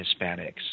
Hispanics